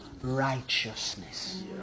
righteousness